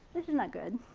this is not good.